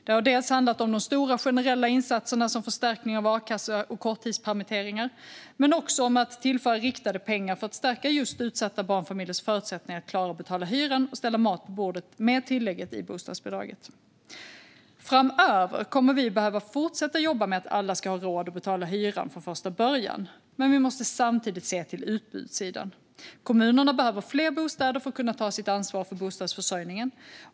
Det har handlat dels om de stora generella insatserna, såsom förstärkning av a-kassan och korttidspermitteringar, dels om att tillföra riktade pengar för att stärka utsatta barnfamiljers förutsättningar att klara av att betala hyran och ställa mat på bordet, genom tillägget i bostadsbidraget. Framöver kommer vi att behöva fortsätta jobba med att alla ska ha råd att betala hyran från första början, men vi måste samtidigt se till utbudssidan. Kommunerna behöver fler bostäder för att kunna ta sitt ansvar för bostadsförsörjningen.